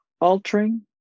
altering